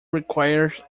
requires